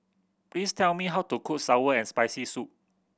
please tell me how to cook sour and Spicy Soup